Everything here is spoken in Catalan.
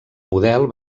model